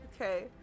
Okay